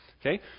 Okay